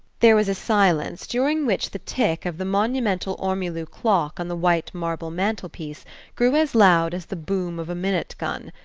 there was a silence during which the tick of the monumental ormolu clock on the white marble mantelpiece grew as loud as the boom of a minute-gun.